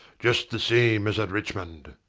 just the same as at richmond.